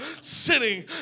sitting